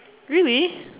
really